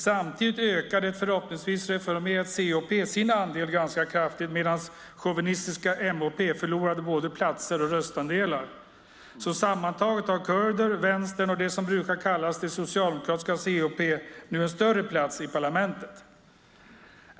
Samtidigt ökade ett förhoppningsvis reformerat CHP sin andel ganska kraftigt, medan chauvinistiska MHP förlorade både platser och röstandelar. Sammantaget har kurder, vänstern och det som brukar kallas det socialdemokratiska CHP nu en större plats i parlamentet.